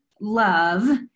love